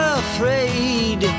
afraid